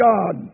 God